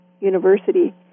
University